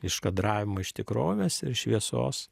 iš kadravimo iš tikrovės ir šviesos